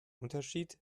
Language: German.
unterschied